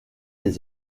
des